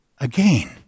again